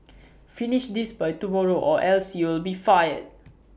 finish this by tomorrow or else you'll be fired